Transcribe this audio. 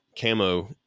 camo